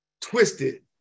twisted